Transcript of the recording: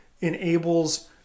enables